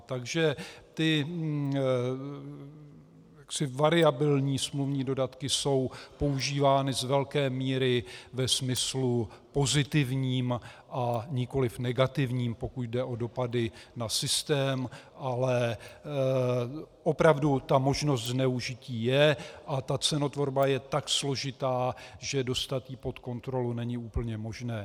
Takže variabilní smluvní dodatky jsou používány z velké míry ve smyslu pozitivním, a nikoliv negativním, pokud jde o dopady na systém, ale opravdu ta možnost zneužití je a cenotvorba je tak složitá, že dostat ji pod kontrolu, není úplně možné.